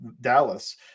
Dallas